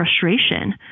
frustration